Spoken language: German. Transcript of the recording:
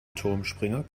turmspringer